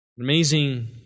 Amazing